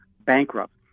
bankrupt